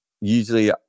usually